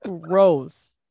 Gross